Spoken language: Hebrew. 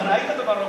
היינו במרוקו,